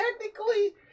Technically